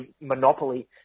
monopoly